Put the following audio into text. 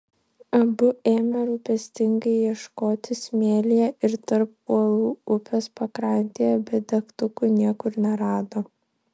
abu ėmė rūpestingai ieškoti smėlyje ir tarp uolų upės pakrantėje bet degtukų niekur nerado